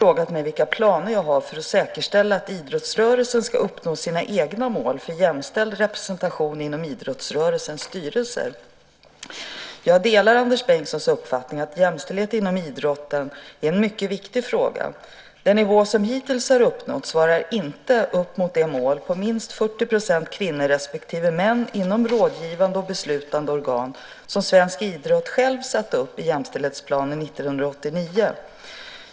Fru talman! Anders Bengtsson har frågat mig vilka planer jag har för att säkerställa att idrottsrörelsen ska uppnå sina egna mål för jämställd representation inom idrottsrörelsens styrelser. Jag delar Anders Bengtssons uppfattning att jämställdhet inom idrotten är en mycket viktig fråga. Den nivå som hittills har uppnåtts svarar inte mot det mål på minst 40 % kvinnor respektive män inom rådgivande och beslutande organ som svensk idrott själv satte upp i jämställdhetsplanen 1989.